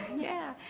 yeah.